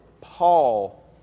Paul